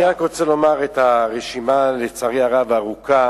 אני רק רוצה לומר את הרשימה, לצערי הרב הארוכה,